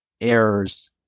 errors